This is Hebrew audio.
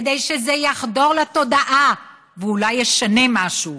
כדי שזה יחדור לתודעה ואולי ישנה משהו,